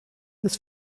des